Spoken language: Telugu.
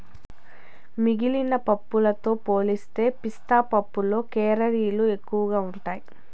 మిగిలిన పప్పులతో పోలిస్తే పిస్తా పప్పులో కేలరీలు ఎక్కువగా ఉంటాయి